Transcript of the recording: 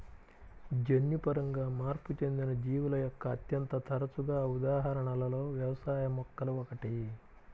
జన్యుపరంగా మార్పు చెందిన జీవుల యొక్క అత్యంత తరచుగా ఉదాహరణలలో వ్యవసాయ మొక్కలు ఒకటి